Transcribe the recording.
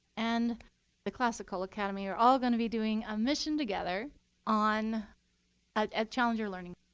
and the classical academy are all going to be doing a mission together on a challenger learning.